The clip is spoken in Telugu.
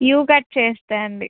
యు కట్ చేస్తే అండి